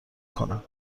کنم